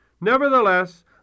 Nevertheless